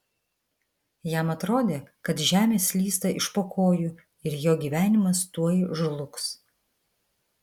jam atrodė kad žemė slysta iš po kojų ir jo gyvenimas tuoj žlugs